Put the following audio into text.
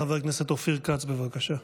חבר הכנסת אופיר כץ, בבקשה.